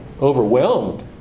overwhelmed